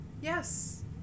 yes